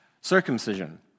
circumcision